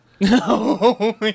No